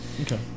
Okay